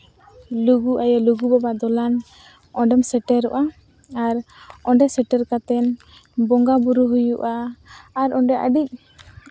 ᱞᱩᱜᱩ ᱟᱭᱳ ᱼᱞᱩᱜᱩ ᱵᱟᱵᱟ ᱫᱚᱞᱟᱱ ᱚᱸᱰᱮᱢ ᱥᱮᱴᱮᱨᱚᱜᱼᱟ ᱟᱨ ᱚᱸᱰᱮ ᱥᱮᱴᱮᱨ ᱠᱟᱛᱮᱫ ᱵᱚᱸᱜᱟᱼᱵᱩᱨᱩ ᱦᱩᱭᱩᱜᱼᱟ ᱟᱨ ᱚᱸᱰᱮ ᱟᱹᱰᱤ